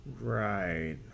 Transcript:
Right